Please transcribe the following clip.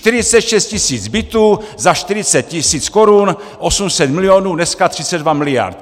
46 tisíc bytů za 40 tisíc korun, 800 milionů, dneska 32 miliard.